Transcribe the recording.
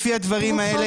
לפי הדברים האלה,